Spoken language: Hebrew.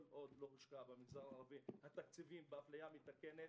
כל עוד לא מושקע במגזר הערבי התקציבים באפליה המתקנת,